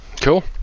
cool